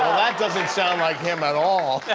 doesn't sound like him at all.